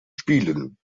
spielen